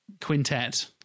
quintet